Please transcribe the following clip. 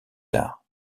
tard